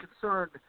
concerned